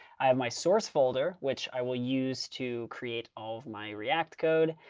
i have my source folder, which i will use to create all of my react code.